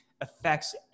affects